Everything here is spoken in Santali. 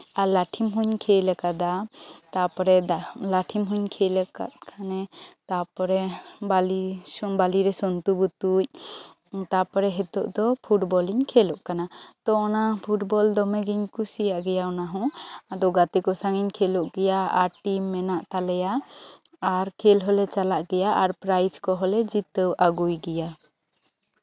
ᱟᱨ ᱞᱟ ᱴᱷᱤᱢ ᱦᱚᱸᱧ ᱠᱷᱮᱞ ᱠᱟᱫᱟ ᱛᱟᱨᱯᱚᱨᱮ ᱞᱟᱴᱷᱤᱢ ᱦᱚᱧ ᱠᱷᱮᱞ ᱠᱟᱜ ᱠᱷᱟᱱᱮ ᱛᱟᱨᱯᱚᱨᱮ ᱵᱟ ᱞᱤ ᱵᱟ ᱞᱤᱨᱮ ᱥᱚᱱᱛᱩ ᱵᱚᱛᱩᱡ ᱛᱟᱨᱯᱚᱨᱮ ᱱᱤᱛᱚᱜ ᱫᱚ ᱯᱷᱩᱴᱵᱚᱞ ᱤᱧ ᱠᱷᱮᱞᱚᱜ ᱠᱟᱱᱟ ᱛᱳ ᱚᱱᱟ ᱯᱷᱩᱴᱵᱚᱞ ᱫᱚᱢᱮ ᱜᱤᱧ ᱠᱩᱥᱤᱭᱟᱜ ᱜᱮᱭᱟ ᱚᱱᱟᱦᱚᱸ ᱟᱫᱚ ᱜᱟᱛᱮ ᱠᱚ ᱥᱟᱶ ᱤᱧ ᱠᱷᱮᱞᱚᱜ ᱜᱮᱭᱟ ᱟᱨ ᱴᱤᱢ ᱢᱮᱱᱟᱜ ᱞᱮᱭᱟ ᱟᱨ ᱠᱷᱮᱞ ᱦᱚᱞᱮ ᱪᱟᱞᱟᱜ ᱜᱮᱭᱟ ᱟᱨ ᱯᱨᱟᱭᱤᱡ ᱠᱚᱦᱚᱸ ᱞᱮ ᱡᱤᱛᱟᱹᱣ ᱟᱹᱜᱩᱭ ᱜᱮᱭᱟ